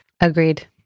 Agreed